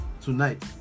tonight